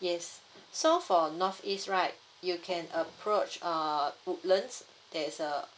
yes so for north east right you can approach err woodlands there's a